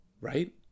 right